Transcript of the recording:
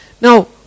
Now